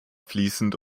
fließend